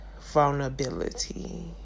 vulnerability